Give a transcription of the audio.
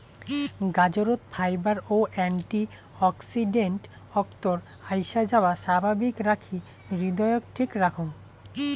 গাজরত fibre ও antioxidant অক্তর আইসাযাওয়া স্বাভাবিক রাখি হৃদয়ক ঠিক রাখং